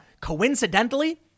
coincidentally